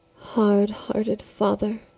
hard-hearted father,